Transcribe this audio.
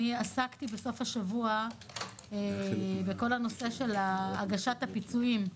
עסקתי בסוף השבוע בכל הנושא של הגשת הפיצויים.